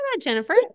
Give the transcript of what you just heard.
Jennifer